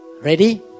Ready